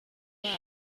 babo